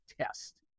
test